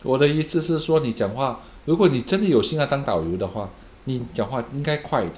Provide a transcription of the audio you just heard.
我的意思是说你讲话如果你真的有心要当导游的话你讲话应该快一点